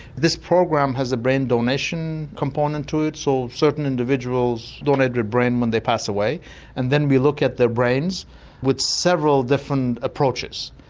this program has a brain donation component to it so certain individuals donate their brain when they pass away and then we look at their brains with several different approaches.